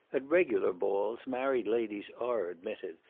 at regular balls, married ladies are admitted,